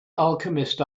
alchemist